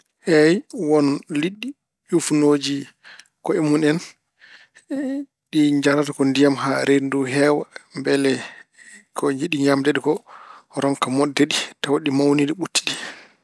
Eey won liɗɗi ƴuufnoojo ko'e mun en. ɗi njarata ko ndiyam haa reendu ndu heewa mbele ko yiɗi ñaamde ɗe ko ronka moɗde ɗi, tawa ɗi mawɗi, ɗi ɓuttiɗi.